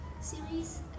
series